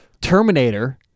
terminator